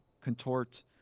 contort